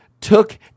took